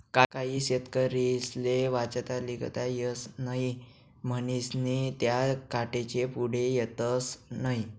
काही शेतकरीस्ले वाचता लिखता येस नही म्हनीस्नी त्या कोठेच पुढे येतस नही